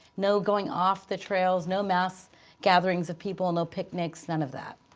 no going off the trails, no mass gatherings of people, no picnics, none of that.